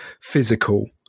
physical